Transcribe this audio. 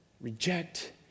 Reject